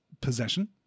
possession